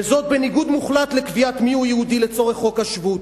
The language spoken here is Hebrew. וזאת בניגוד מוחלט לקביעת מיהו יהודי לצורך חוק השבות.